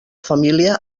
família